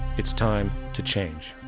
it's time to change.